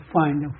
find